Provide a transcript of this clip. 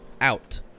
Out